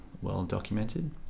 well-documented